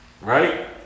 right